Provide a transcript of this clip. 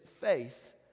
faith